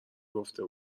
گفته